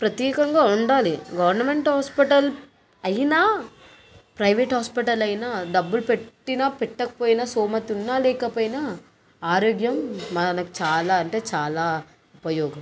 ప్రత్యేకంగా ఉండాలి government hospital అయినా ప్రైవేట్ హాస్పిటలయినా డబ్బులు పెట్టిన పెట్టకపోయినా స్థోమతున్నా లేకపోయినా ఆరోగ్యం మనకు చాలా అంటే చాలా ఉపయోగం